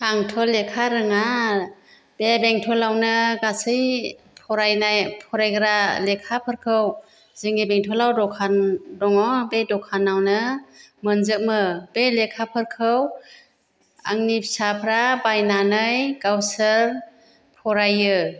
आंथ' लेखा रोङा बे बेंथलावनो गासै फरायनाय फरायग्रा लेखाफोरखौ जोंनि बेंथलाव दखान दङ बे दखानावनो मोनजोबो बे लेखाफोरखौ आंनि फिसाफ्रा बायनानै गावसोर फरायो